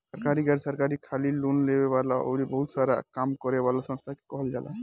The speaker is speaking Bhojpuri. सरकारी, गैर सरकारी, खाली लोन देवे वाला अउरी बहुते सारा काम करे वाला संस्था के कहल जाला